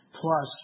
Plus